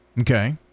Okay